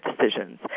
decisions